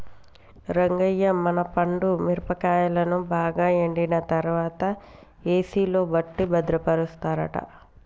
రంగయ్య మన పండు మిరపకాయలను బాగా ఎండిన తర్వాత ఏసిలో ఎట్టి భద్రపరుస్తారట